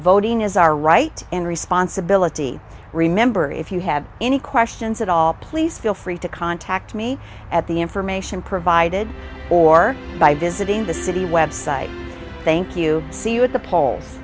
voting is our right and responsibility remember if you have any questions at all please feel free to contact me at the information provided or by visiting the city website thank you see you at the polls